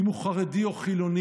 אם הוא חרדי או חילוני,